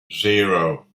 zero